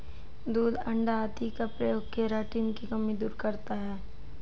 दूध अण्डा आदि का प्रयोग केराटिन की कमी दूर करता है